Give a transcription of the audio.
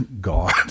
God